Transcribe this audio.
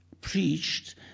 preached